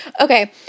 okay